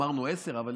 אמרנו 10:00,